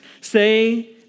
say